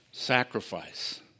sacrifice